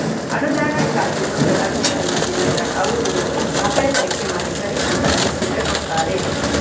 ಅನುದಾನಕ್ಕಾಗಿ ಮೊದ್ಲು ಅರ್ಜಿ ಸಲ್ಲಿಸಿ ನಂತ್ರ ಅವ್ರು ದಾಖಲೆ ಪರೀಕ್ಷೆ ಮಾಡಿ ಸರಿ ಅಂತ ಅನ್ಸಿದ್ರೆ ಕೊಡ್ತಾರೆ